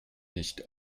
nicht